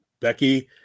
Becky